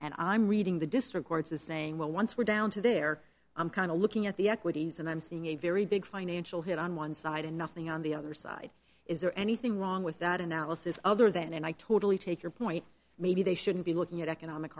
and i'm reading the district courts is saying well once we're down to there i'm kind of looking at the equities and i'm seeing a very big financial hit on one side and nothing on the other side is there anything wrong with that analysis other than and i totally take your point maybe they shouldn't be looking at economic